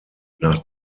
nach